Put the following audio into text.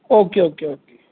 okay okay okay